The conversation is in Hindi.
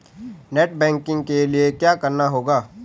नेट बैंकिंग के लिए क्या करना होगा?